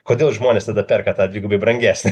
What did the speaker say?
kodėl žmonės tada perka tą dvigubai brangesnę